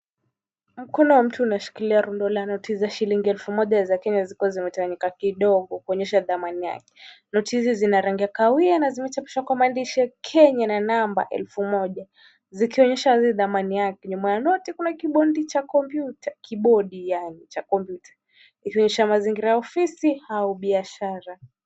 Mkono wa mtu unashikilia rundo la noti za shillingi elfu moja za kenya zikiwa zimetanika kidogo kuonesha dhamani yake. Noti hizi zina rangi ya kahawia na zimechapishwa lwa maandishi ya kenya na namba elfu moja zikionesha dhamani yake. Nyuma ya noti kuna kibodi yani ya kompyuta ikionesha mazingira ya ofisi au biashara.